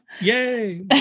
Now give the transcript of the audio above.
yay